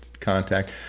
contact